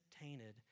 tainted